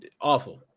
awful